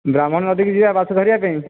ବ୍ରାହ୍ମଣୀ ନଦୀକୁ ଯିବା ମାଛ ଧରିବା ପାଇଁ